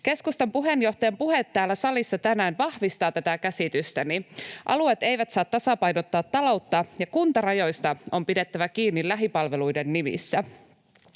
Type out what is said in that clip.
Keskustan puheenjohtajan puhe täällä salissa tänään vahvistaa tätä käsitystäni: alueet eivät saa tasapainottaa taloutta, ja kuntarajoista on pidettävä kiinni lähipalveluiden nimissä.